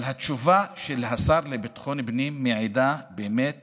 אבל התשובה של השר לביטחון פנים מעידה באמת